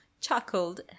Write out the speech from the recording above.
chuckled